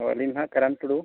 ᱦᱳᱭ ᱟᱹᱞᱤᱧ ᱫᱚ ᱦᱟᱸᱜ ᱠᱟᱨᱟᱱ ᱴᱩᱰᱩ